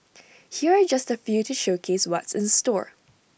here are just A few to showcase what's in store